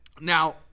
Now